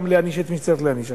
גם להעניש את מי שצריך להעניש.